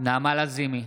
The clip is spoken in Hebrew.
נעמה לזימי,